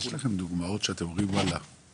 --- יש לכם דוגמאות שאתם אומרים עליהן "וואלה,